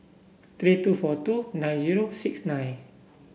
three two four two nine zero six nine